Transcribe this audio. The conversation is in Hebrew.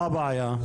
מה הבעיה?